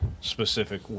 specific